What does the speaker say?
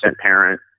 parent